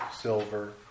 silver